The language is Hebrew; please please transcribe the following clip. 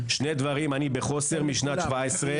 שני הדברים בהם אני בחוסר משנת 2017,